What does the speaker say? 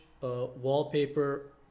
wallpaper